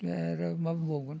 आरो मा बुंबावगोन